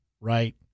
right